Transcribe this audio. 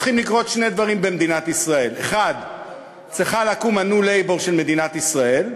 צריכים לקרות שני דברים במדינת ישראל: 1. צריכה לקום ה"ניו-לייבור" של מדינת ישראל,